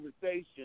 conversation